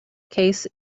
case